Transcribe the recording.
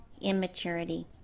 immaturity